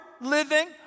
living